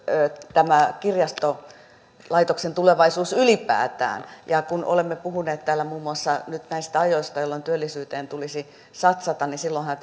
tämä kirjastolaitoksen tulevaisuus ylipäätään ja kun olemme puhuneet täällä muun muassa nyt näistä ajoista jolloin työllisyyteen tulisi satsata niin silloinhan